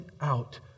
out